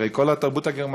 הרי כל התרבות הגרמנית,